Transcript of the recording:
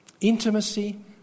Intimacy